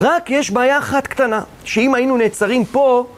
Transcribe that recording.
רק יש בעיה אחת קטנה, שאם היינו נעצרים פה...